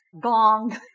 gong